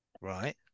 Right